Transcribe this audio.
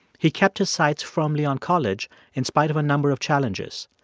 he kept his sights firmly on college in spite of a number of challenges.